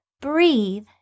breathe